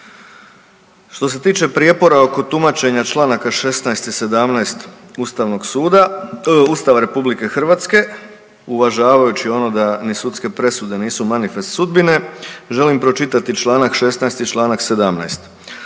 Što se tiče prijepora oko tumačenja čl.16 i 17. Ustava RH, uvažavajući ono da ni sudske presude nisu manifest sudbine, želim pročitati čl.16. i čl. 17.